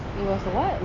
it was the what